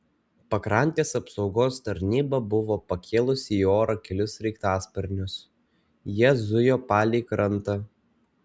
pakrantės apsaugos tarnyba buvo pakėlusi į orą kelis sraigtasparnius jie zujo palei krantą